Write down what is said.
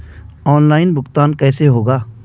Online भुगतान कैसे होगा?